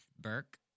burke